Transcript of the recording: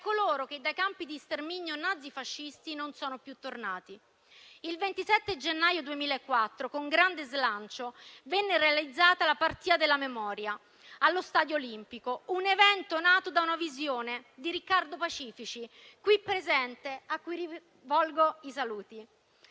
coloro che dai campi di sterminio nazifascisti non sono più tornati. Il 27 gennaio 2004, con grande slancio, venne realizzata la partita della memoria, allo stadio Olimpico, un evento nato da una visione di Riccardo Pacifici, qui presente, a cui rivolgo i saluti.